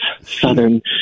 Southern